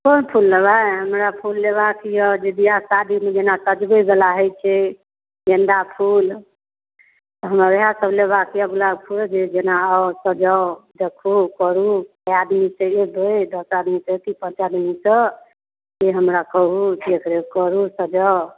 कोन फूल लेबै हमरा फूल लेबाक यए जे ब्याह शादीमे जेना सजबैवला होइ छै गेन्दा फूल हमरा उएह सभ लेबाक यए अपना फूल जेना आउ सजाउ देखू करू कए दिनसँ एबै दोसरा दिन तेसरा दिनसँ से हमरा कहू देखरेख करू सजाउ